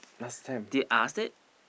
did ask it